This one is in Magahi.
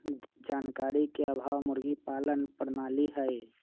जानकारी के अभाव मुर्गी पालन प्रणाली हई